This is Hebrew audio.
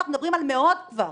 אנחנו מדברים על מאות כבר.